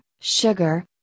sugar